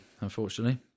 unfortunately